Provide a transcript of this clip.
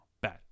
bad